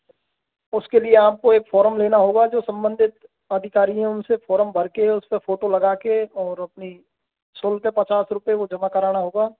उसके लिए आपको एक फ़ॉर्म लेना होगा जो संबंधित अधिकारी हैं उनसे फ़ॉर्म भरके उसपे फ़ोटो लगाके और अपनी सौ रुपये पचास रुपये वो जमा कराना होगा